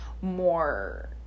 more